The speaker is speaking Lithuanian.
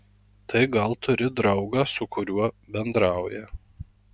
tai gal turi draugą su kuriuo bendrauja